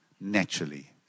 naturally